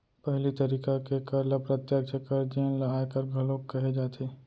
पहिली तरिका के कर ल प्रत्यक्छ कर जेन ल आयकर घलोक कहे जाथे